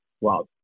wow